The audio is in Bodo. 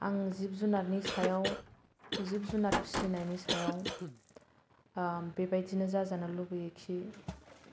आं जिब जुनारनि सायाव जिब जुनार फिसिनायनि सायाव बेबायदिनो जाजानो लुगैयो खि